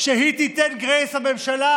שהיא תיתן גרייס לממשלה,